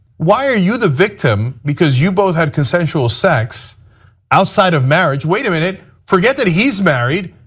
why are you the victim because you both had consensual sex outside of marriage. wait a minute, forget that he is married.